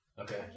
Okay